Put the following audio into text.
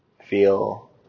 feel